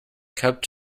kept